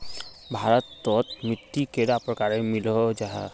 भारत तोत मिट्टी कैडा प्रकारेर मिलोहो जाहा?